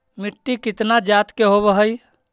मिट्टी कितना जात के होब हय?